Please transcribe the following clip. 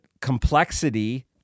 complexity